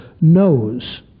knows